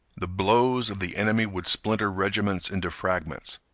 the blows of the enemy would splinter regiments into fragments.